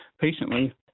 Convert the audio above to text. Patiently